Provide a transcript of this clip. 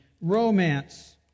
romance